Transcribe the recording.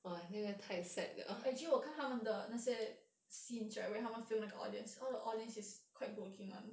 actually 我看他们的那些 scenes right when 他们 film 那个 audience all the audience is quite good looking [one]